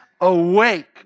awake